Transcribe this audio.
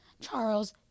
Charles